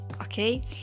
okay